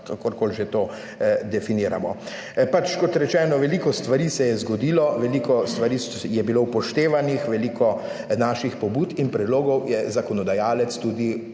kakorkoli že to definiramo. Pač kot rečeno veliko stvari se je zgodilo, veliko stvari je bilo upoštevanih, veliko naših pobud in predlogov je zakonodajalec tudi